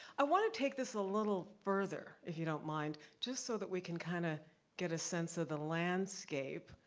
i wanna take this a little further, if you don't mind, just so that we can kinda get a sense of the landscape,